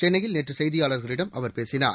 சென்னையில் நேற்று செய்தியாளர்களிடம் அவர் பேசினார்